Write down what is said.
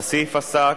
ולהעבירה לוועדת החוקה,